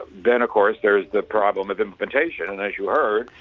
then of course there's the problem of implementation and as you heard,